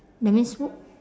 that means wh~